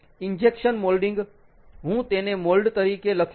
injection moulding હું તેને MOLD તરીકે લખીશ